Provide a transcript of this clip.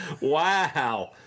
Wow